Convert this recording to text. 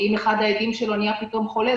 ואם אחד העדים שלו נהיה פתאום חולה,